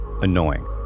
annoying